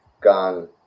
gun